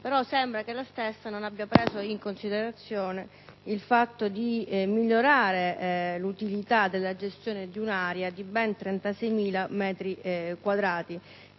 però, che la stessa non abbia preso in considerazione il fatto di migliorare l'utilità della gestione di un'area di ben 36.000 metri quadrati